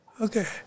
Okay